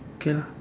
okay